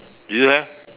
do you have